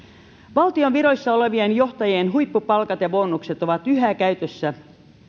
valtion viroissa olevien johtajien huippupalkat ja bonukset ovat yhä käytössä